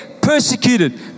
persecuted